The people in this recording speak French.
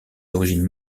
origines